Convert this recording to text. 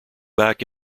back